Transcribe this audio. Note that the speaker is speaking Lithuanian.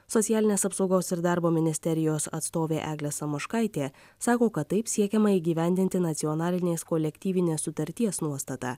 socialinės apsaugos ir darbo ministerijos atstovė eglė samoškaitė sako kad taip siekiama įgyvendinti nacionalinės kolektyvinės sutarties nuostatą